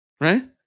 right